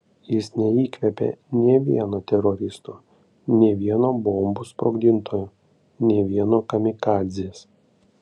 jis neįkvepia nė vieno teroristo nė vieno bombų sprogdintojo nė vieno kamikadzės